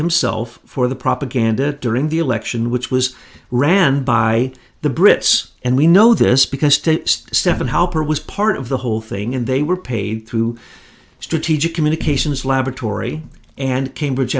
himself for the propaganda during the election which was ran by the brits and we know this because to seven helper was part of the whole thing and they were paid through strategic communications laboratory and cambridge